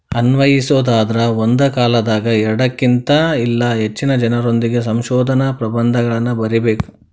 ಅನ್ವಯಿಸೊದಾದ್ರ ಒಂದ ಕಾಲದಾಗ ಎರಡಕ್ಕಿನ್ತ ಇಲ್ಲಾ ಹೆಚ್ಚಿನ ಜನರೊಂದಿಗೆ ಸಂಶೋಧನಾ ಪ್ರಬಂಧಗಳನ್ನ ಬರಿಬೇಕ್